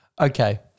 Okay